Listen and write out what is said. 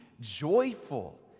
joyful